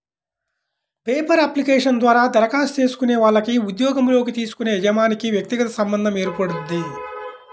paper application ద్వారా దరఖాస్తు చేసుకునే వాళ్లకి ఉద్యోగంలోకి తీసుకునే యజమానికి వ్యక్తిగత సంబంధం ఏర్పడుద్ది